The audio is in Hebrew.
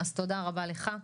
תודה רבה לך.